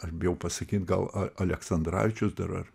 aš bijau pasakyt gal aleksandravičius dar ar